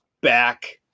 back